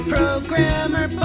Programmer